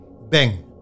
Bang